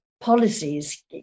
policies